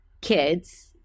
kids